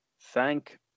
Thank